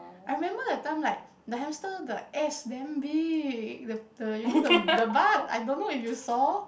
I remember that time like the hamster the ass damn big the the you know the the butt I don't know if you saw